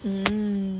hmm